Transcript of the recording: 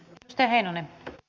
ktpstä heinonen e